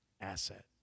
Asset